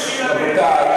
רבותי,